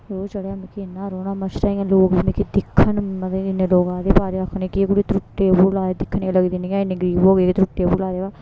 रोह् चढ़ेआ मिगी इ'न्ना रोना मच्छरे दे इयां लोक मिकी बी दिक्खन मतलब इ'न्ने लोक आए दे सारे आखन एह् केह् कुड़ियै त्रुट्टे दे बूट लाए दे दिक्खने गी लगदी नि ऐ इन्ने गरीब होग एह् त्रुट्टे दे बूट लाए दे